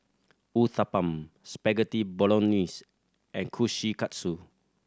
Uthapam Spaghetti Bolognese and Kushikatsu